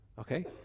okay